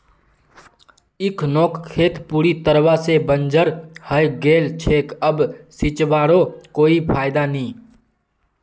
इखनोक खेत पूरी तरवा से बंजर हइ गेल छेक अब सींचवारो कोई फायदा नी